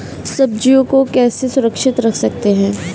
सब्जियों को कैसे सुरक्षित रख सकते हैं?